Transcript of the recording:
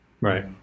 Right